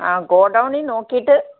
ആ ഗോഡൗണിൽ നോക്കിയിട്ട്